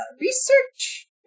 Research